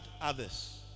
others